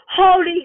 holy